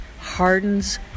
hardens